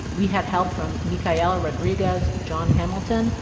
we had help from micaela rodriguez, jon hamilton,